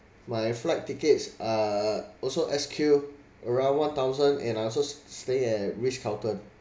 my flight tickets uh also S_Q around one thousand and I also stayed at ritz carlton